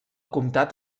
comtat